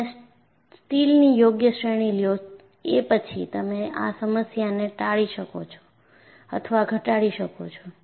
તમે સ્ટીલની યોગ્ય શ્રેણીને લ્યો એ પછી તમે આ સમસ્યાને ટાળી શકો છો અથવા ઘટાડી શકો છો